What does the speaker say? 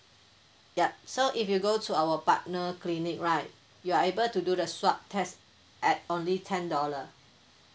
yup so if you go to our partnered clinic right you are able to do the swab test at only ten dollar